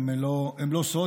הם לא סוד.